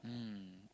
mm